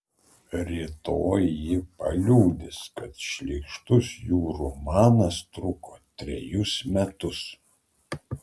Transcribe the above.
rytoj ji paliudys kad šlykštus jų romanas truko trejus metus